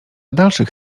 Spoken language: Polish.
dalszych